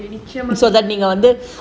நிச்சயமா:nichayamaa